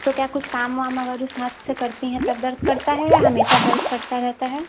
तो क्या कुछ काम वाम अगर उस हाथ से करती हैं तब दर्द करता है या हमेशा दर्द करता रहता है